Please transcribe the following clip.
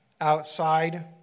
outside